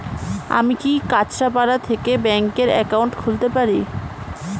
আমি কি কাছরাপাড়া থেকে ব্যাংকের একাউন্ট খুলতে পারি?